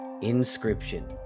Inscription